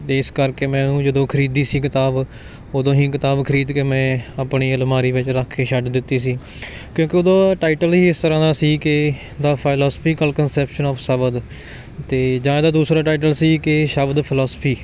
ਅਤੇ ਇਸ ਕਰਕੇ ਮੈਂ ਉਹਨੂੰ ਜਦੋਂ ਖਰੀਦੀ ਸੀ ਕਿਤਾਬ ਉਦੋਂ ਹੀ ਕਿਤਾਬ ਖਰੀਦ ਕੇ ਮੈਂ ਆਪਣੀ ਅਲਮਾਰੀ ਵਿੱਚ ਰੱਖ ਕੇ ਛੱਡ ਦਿੱਤੀ ਸੀ ਕਿਉਂਕਿ ਓਦੋਂ ਟਾਇਟਲ ਹੀ ਇਸ ਤਰ੍ਹਾਂ ਦਾ ਸੀ ਕਿ ਦਾ ਫਾਇਲੋਸਫਿਕਲ ਕਨਸੈਪਸਨ ਔਫ ਸਵਦ ਅਤੇ ਜਦ ਦੂਸਰਾ ਟਾਇਟਲ ਸੀ ਕੇ ਸ਼ਬਦ ਫਲੋਸਿਫੀ